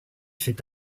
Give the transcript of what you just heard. fait